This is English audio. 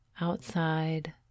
outside